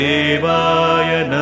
Devaya